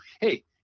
Hey